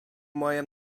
mojem